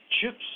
chips